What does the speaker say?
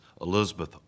Elizabeth